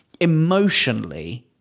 emotionally